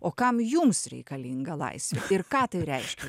o kam jums reikalinga laisvė ir ką tai reiškia